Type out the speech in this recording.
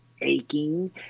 aching